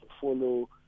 follow